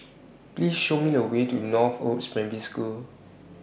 Please Show Me The Way to Northoaks School